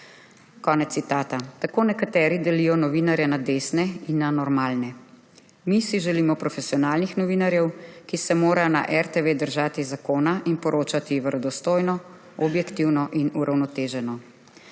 Konec citata. Tako nekateri delijo novinarje na desne in na normalne. Mi si želimo profesionalnih novinarjev, ki se morajo na RTV držati zakona in poročati verodostojno, objektivno in uravnoteženo.